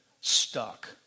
stuck